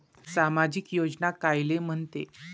सामाजिक योजना कायले म्हंते?